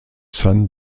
san